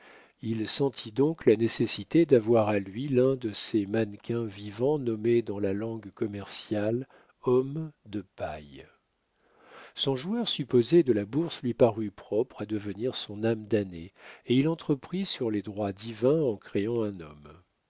il sentit donc la nécessité d'avoir à lui l'un de ces mannequins vivants nommés dans la langue commerciale hommes de paille son joueur supposé de la bourse lui parut propre à devenir son âme damnée et il entreprit sur les droits divins en créant un homme